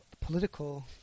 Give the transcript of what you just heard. political